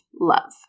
love